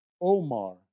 Omar